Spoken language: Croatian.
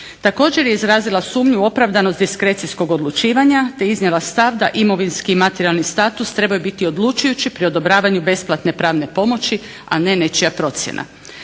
Također je izrazila sumnju u opravdanost diskrecijskog odlučivanja te iznijela stav da imovinski i materijalni status trebaju biti odlučujući pri odobravanju besplatne pravne pomoći, a ne nečija procjena.